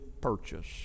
purchase